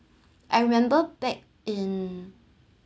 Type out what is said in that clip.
I remember back in